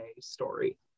story